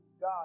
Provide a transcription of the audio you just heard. God